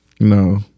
No